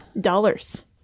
Dollars